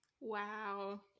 Wow